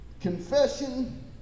confession